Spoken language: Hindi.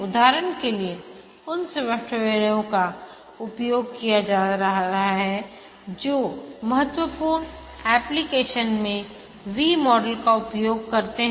उदाहरण के लिए उन सॉफ्टवेयरों का उपयोग किया जा रहा है जो महत्वपूर्ण एप्लिकेशन में V मॉडल का उपयोग करते हैं